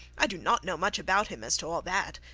i do not know much about him as to all that.